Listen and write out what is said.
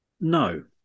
no